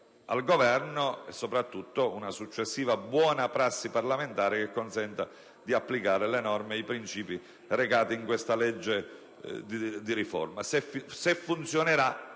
al Governo e, soprattutto, una successiva buona prassi parlamentare, che consenta di applicare le norme e i principi recati in questa legge di riforma. Se funzionerà,